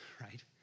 Right